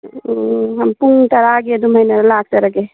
ꯄꯨꯡ ꯇꯔꯥꯒꯤ ꯑꯗꯨꯃꯥꯏꯅ ꯂꯥꯛꯆꯔꯒꯦ